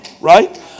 Right